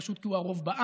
פשוט כי הוא הרוב בעם,